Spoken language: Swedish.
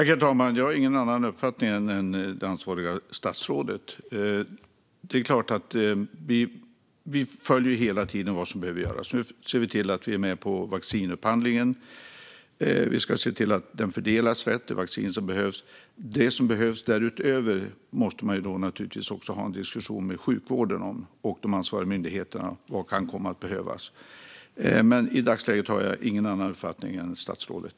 Herr talman! Jag har ingen annan uppfattning än det ansvariga statsrådet. Det är klart att vi hela tiden följer vad som behöver göras. Nu ser vi till att vi är med på vaccinupphandlingen. Vi ska se till att det vaccin som behövs fördelas rätt. Det som behövs därutöver måste man naturligtvis ha en diskussion med sjukvården och de ansvariga myndigheterna om. Men i dagsläget har jag ingen annan uppfattning än statsrådet.